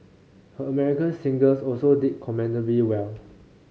her American singles also did commendably well